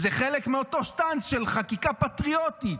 זה חלק מאותו שטנץ של חקיקה פטריוטית.